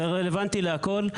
זה רלוונטי להכול.